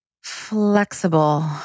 flexible